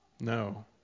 No